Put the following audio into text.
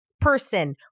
person